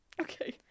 Okay